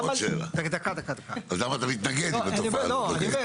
אז למה אתה מתנגד אם התופעה הזו לא קיימת?